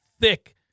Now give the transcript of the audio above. thick